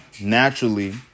naturally